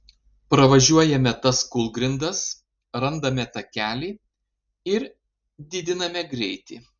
pravažiuojame tas kūlgrindas randame takelį ir didiname greitį